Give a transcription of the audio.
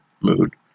mood